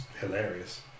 hilarious